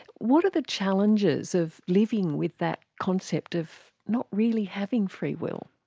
what are the challenges of living with that concept of not really having free will?